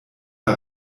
der